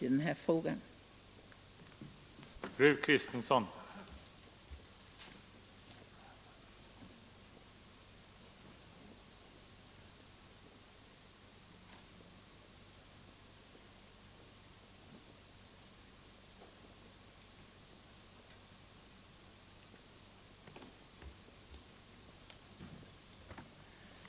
På detta område måste vi ta bättre tag.